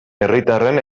herritarren